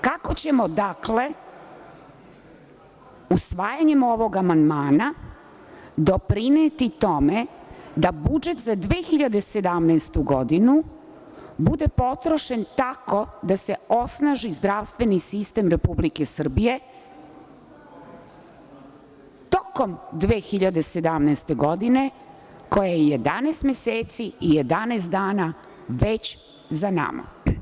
Kako ćemo, dakle, usvajanje ovog amandmana doprineti tome da budžet za 2017. godinu bude potrošen tako da se osnaži zdravstveni sistem Republike Srbije, tokom 2017. godine, koja je 11 meseci i 11 dana već za nama.